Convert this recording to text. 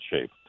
shape